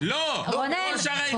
רונן,